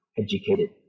educated